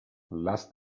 last